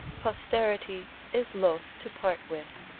posterity is loth to part with.